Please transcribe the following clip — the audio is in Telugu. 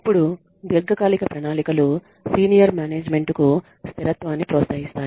అప్పుడు దీర్ఘకాలిక ప్రణాళికలు సీనియర్ మేనేజ్మెంట్ కు స్థిరత్వాన్ని ప్రోత్సహిస్తాయి